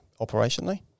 operationally